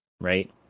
right